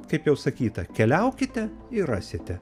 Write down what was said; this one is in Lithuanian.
kaip jau sakyta keliaukite ir rasite